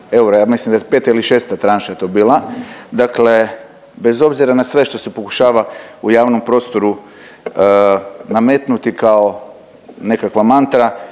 ja mislim da 5 ili 6 tranša to bila, dakle bez obzira na sve što se pokušava u javnom prostoru nametnuti kao nekakva mantra,